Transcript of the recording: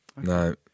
No